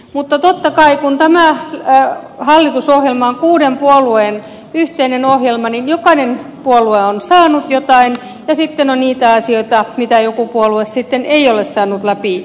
mutta totta kai kun tämä hallitusohjelma on kuuden puolueen yhteinen ohjelma niin jokainen puolue on saanut jotain ja sitten on niitä asioita joita joku puolue ei ole saanut läpi